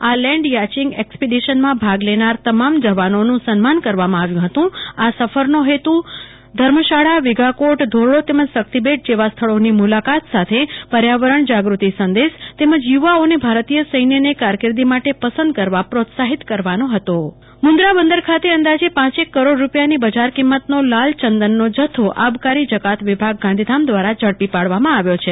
આ land changing એક્સપીડીશનમાં ભાગ લેનાર તમામ જવાનોનું સન્માન કરવામાં આવ્યું હતું ઓ સફરનો હેતુ દરમયાન ધર્મશાળાવિદ્યાકોટધોરડો તેમજ શક્તિબેટ જેવા સ્થળોની મુલાકાત સાથે પર્થાવરણ જાગૃતિ સંદેશ તેમજ યુવાનીએ ભારતીથસૈન્યને કારકિર્દી માટે પસંદ કરવા પ્રોત્સાહિત કરવાનો હતો કલ્પના શાહ લાલ ચંદન ઝડપાય મુદ્રા બંદર ખાતે અંદાજે પાંચેક કરોડ રૂપિયાની બજાર કિમતનો લાલ ચંદનનો જથ્થો આબકારી જકાત વિભાગ ગાંધીધામ દ્વારા ઝડપી પાડવામાં આવ્યો છે